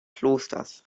klosters